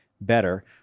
better